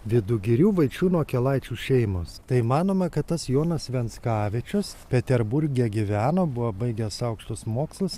vidugirių vaičiūno akelaičių šeimos tai manoma kad tas jonas venskavičius peterburge gyveno buvo baigęs aukštus mokslus